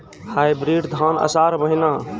Hybrid धान आषाढ़ महीना?